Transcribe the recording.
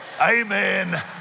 Amen